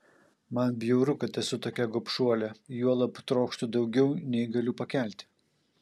man bjauru kad esu tokia gobšuolė juolab trokštu daugiau nei galiu pakelti